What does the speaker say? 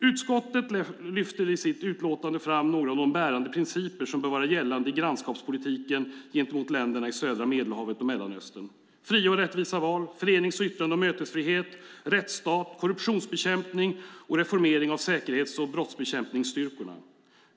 Utskottet lyfter i sitt utlåtande fram några av de bärande principer som bör vara gällande i grannskapspolitiken gentemot länderna i södra Medelhavet och Mellanöstern: fria och rättvisa val, förenings-, yttrande och mötesfrihet, rättsstat, korruptionsbekämpning och reformering av säkerhets och brottsbekämpningsstyrkorna.